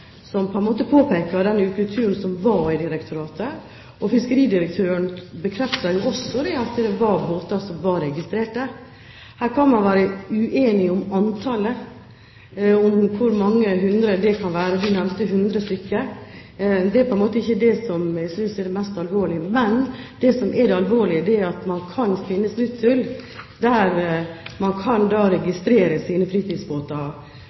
den ukulturen som var, og Fiskeridirektøren bekreftet jo også at det var fritidsbåter registrert i merkeregisteret. Man kan være uenig om antallet – om hvor mange hundre det kan være; statsråden nevnte hundre stykker. Det er ikke det som jeg synes er det mest alvorlige. Det som er det alvorlige, er at man kan finne smutthull for å registrere sine fritidsbåter